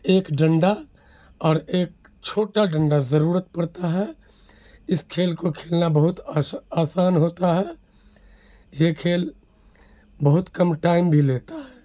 ایک ڈنڈا اور ایک چھوٹا ڈنڈا ضرورت پڑتا ہے اس کھیل کو کھیلنا بہت آسان ہوتا ہے یہ کھیل بہت کم ٹائم بھی لیتا ہے